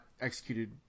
executed